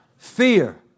Fear